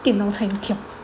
电脑差一点掉